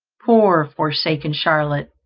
poor, forsaken charlotte,